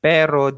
Pero